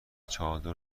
چادر